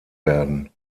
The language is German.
werden